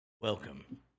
Welcome